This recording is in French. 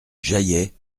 jaillet